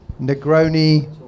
Negroni